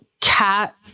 cat